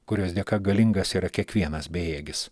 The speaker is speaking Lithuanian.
kurios dėka galingas yra kiekvienas bejėgis